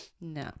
No